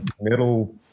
middle